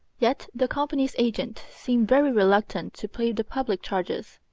yet the company's agent seemed very reluctant to pay the public charges.